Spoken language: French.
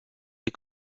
des